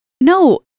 no